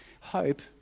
hope